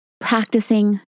practicing